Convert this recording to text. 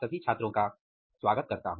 सबका स्वागत है